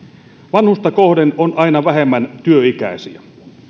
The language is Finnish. vanhusta kohden on aina vähemmän työikäisiä